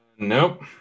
Nope